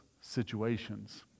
situations